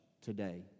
today